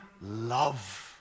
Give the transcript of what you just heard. love